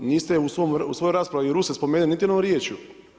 Niste u svojoj raspravi Ruse spomenuli niti jednom riječju.